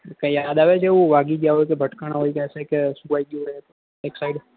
કઈ યાદ આવે છે એવું કે વાગી ગયા હોય કે ભટકાણા હો ક્યાંક કે સુવાઈ ગયું હોય એક સાઈડ